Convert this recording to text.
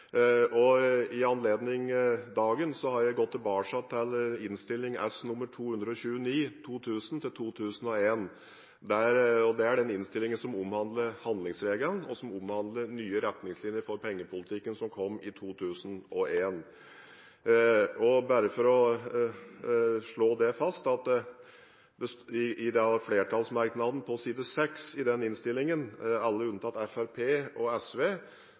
er den innstillingen som omhandler handlingsregelen, og som omhandler nye retningslinjer for pengepolitikken som kom i 2001. Bare for å slå det fast: I flertallsmerknaden på side 6 i den innstillingen understreker alle, unntatt Fremskrittspartiet og SV,